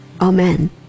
Amen